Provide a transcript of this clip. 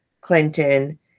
Clinton